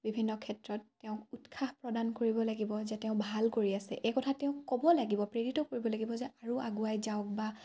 বিভিন্ন ক্ষেত্ৰত তেওঁক উৎসাহ প্ৰদান কৰিব লাগিব যে তেওঁ ভাল কৰি আছে এই কথা তেওঁক ক'ব লাগিব প্ৰেৰিত কৰিব লাগিব যে আৰু আগুৱাই যাওক বা